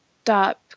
stop